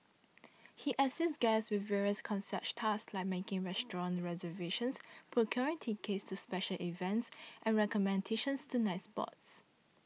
he assists guests with various concierge tasks like making restaurant reservations procuring tickets to special events and recommendations to nightspots